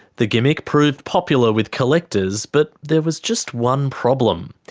the gimmick proved popular with collectors. but there was just one problem.